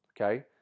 okay